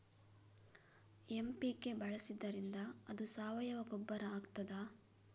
MPK ಬಳಸಿದ್ದರಿಂದ ಅದು ಸಾವಯವ ಗೊಬ್ಬರ ಆಗ್ತದ?